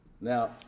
Now